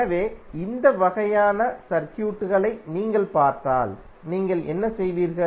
எனவே இந்த வகையான சர்க்யூட்களை நீங்கள் பார்த்தால் நீங்கள் என்ன செய்வீர்கள்